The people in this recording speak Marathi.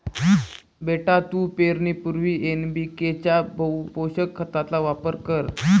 बेटा तू पेरणीपूर्वी एन.पी.के च्या बहुपोषक खताचा वापर कर